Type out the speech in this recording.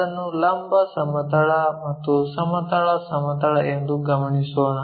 ಅದನ್ನು ಲಂಬ ಸಮತಲ ಮತ್ತು ಸಮತಲ ಎಂದು ಗಮನಿಸೋಣ